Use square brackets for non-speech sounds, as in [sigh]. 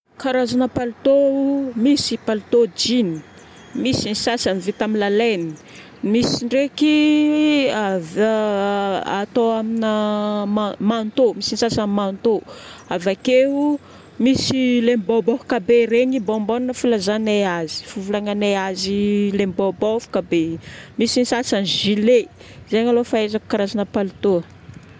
Karazagna palotô, misy palotô jean, misy ny sasany vita amin'ny la laine. Misy ndraiky ava- [hesitation] atao amina ma- manteau, misy ny sasany manteau. Avakeo, misy ilay bôbôfoka be regny, bombone filazagnay azy, fivolagnanay azy lay bôbôfoka be. Misy ny sasany gilet. Zegny aloha fahaizako karazagna palotô.